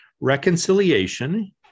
Reconciliation